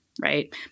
right